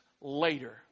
later